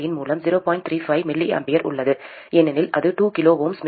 35 mA உள்ளது ஏனெனில் அது 2 kΩ மேலும் இங்கும் 0